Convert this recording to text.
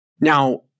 Now